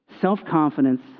self-confidence